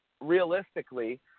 realistically